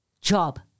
job